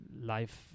life